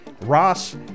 Ross